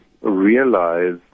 realize